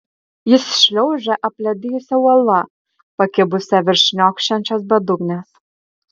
jis šliaužia apledijusia uola pakibusia virš šniokščiančios bedugnės